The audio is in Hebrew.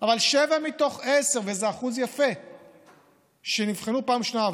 אבל שבעה מתוך עשרה שנבחנו פעם ראשונה,